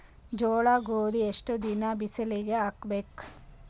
ಜೋಳ ಗೋಧಿ ಎಷ್ಟ ದಿನ ಬಿಸಿಲಿಗೆ ಹಾಕ್ಬೇಕು?